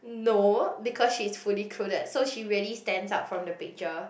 no because she's fully clothed so she very stands out from the picture